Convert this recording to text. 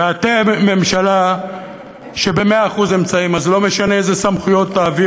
ואתם ממשלה שבמאה אחוז, אמצעים.